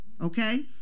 okay